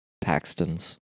Paxton's